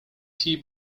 tea